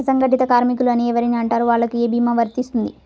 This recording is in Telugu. అసంగటిత కార్మికులు అని ఎవరిని అంటారు? వాళ్లకు ఏ భీమా వర్తించుతుంది?